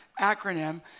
acronym